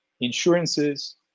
insurances